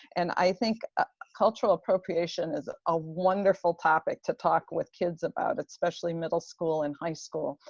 and i think ah cultural appropriation is a wonderful topic to talk with kids about. especially middle school and high school,